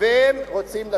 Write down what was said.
והם רוצים לטוס.